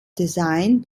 designed